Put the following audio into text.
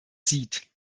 sieht